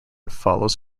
follows